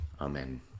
Amen